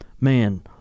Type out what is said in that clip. man